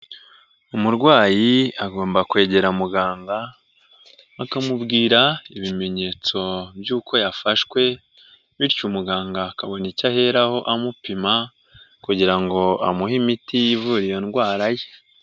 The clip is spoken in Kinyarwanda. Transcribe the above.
Umurwayi agomba kwegera muganga, akamubwira ibimenyetso by'uko yafashwe, bityo umuganga akabona icyo aheraho amupima, kugira ngo amuhe imiti ivura iyo ndwara ye.